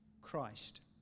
Christ